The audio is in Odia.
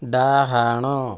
ଡ଼ାହାଣ